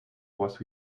was